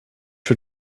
for